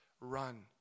Run